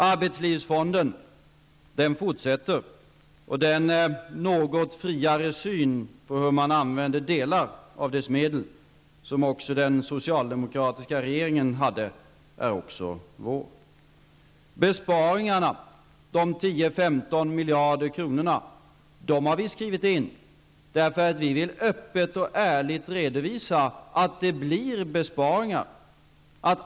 Arbetslivsfonden skall fortsätta att finnas. Den något friare syn på hur man använder delar av medlen, som också den socialdemokratiska regeringen hade, är också vår. De 10--15 miljarder kronorna i besparingar har vi tagit med, därför att vi öppet och ärligt vill redovisa att det skall bli besparingar.